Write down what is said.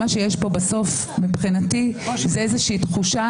מה שיש פה בסוף מבחינתי זאת איזושהי תחושה